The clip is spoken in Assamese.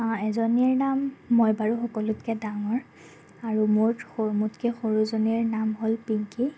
অঁ আমাৰ এজনীৰ নাম মই বাৰু সকলোতকৈ ডাঙৰ আৰু মোৰ মোতকৈ সৰু জনীৰ নাম হ'ল পিংকী